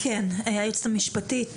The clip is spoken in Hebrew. היועצת המשפטית,